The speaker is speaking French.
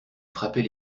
frappait